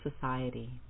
society